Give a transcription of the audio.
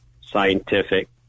scientific